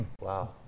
Wow